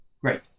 great